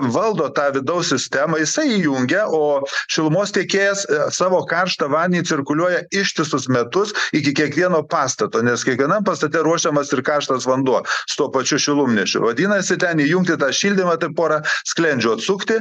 valdo tą vidaus sistemą jisai įjungia o šilumos tiekėjas savo karštą vandenį cirkuliuoja ištisus metus iki kiekvieno pastato nes kiekvienam pastate ruošiamas ir karštas vanduo su tuo pačiu šilumnešiu vadinasi ten įjungti tą šildymą tai pora sklendžių atsukti